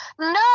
no